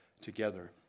together